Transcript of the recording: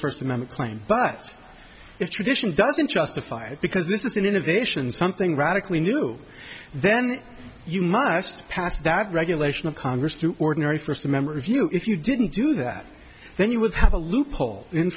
first amendment claim but it's tradition doesn't justify it because this is an innovation something radically new then you must pass that regulation of congress through ordinary first remember if you if you didn't do that then you would have a loophole in